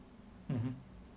mmhmm